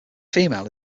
female